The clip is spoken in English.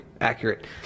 accurate